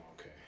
okay